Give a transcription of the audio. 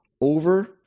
over